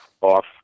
off